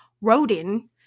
Rodin